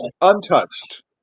Untouched